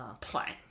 plan